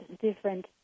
different